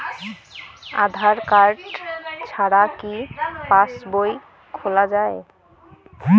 আধার card ছাড়া কি পাসবই খোলা যায়?